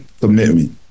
commitment